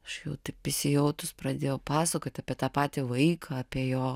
aš jau taip įsijautus pradėjau pasakot apie tą patį vaiką apie jo